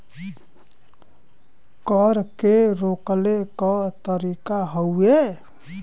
कर के रोकले क तरीका हउवे